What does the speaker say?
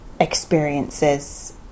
experiences